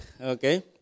okay